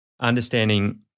understanding